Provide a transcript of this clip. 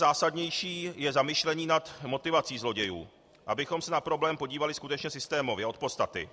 Zásadnější je zamyšlení nad motivací zlodějů, abychom se na problém podívali systémově, od podstaty.